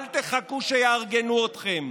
אל תחכו שיארגנו אתכם,